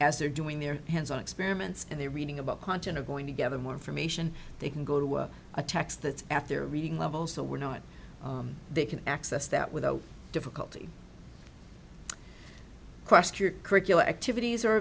as they're doing their hands on experiments and they're reading about content or going to gather more information they can go to a text that after reading levels that we're not they can access that without difficulty question curricular activities are